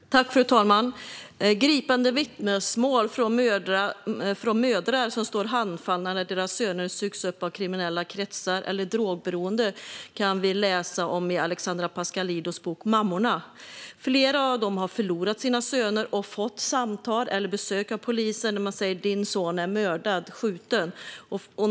Fru talman! I Alexandra Pascalidous bok Mammorna kan vi läsa gripande vittnesmål från mödrar som står handfallna när deras söner sugs upp av kriminella kretsar eller drogberoende. Flera av dem har förlorat sin son - några av mammorna till och med flera söner - och fått samtal eller besök av polisen som säger att deras son är mördad, skjuten.